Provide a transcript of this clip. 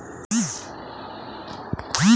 ওলেরিয়া কালচার কি?